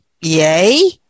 yay